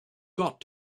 got